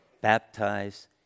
baptize